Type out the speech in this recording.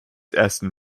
ersten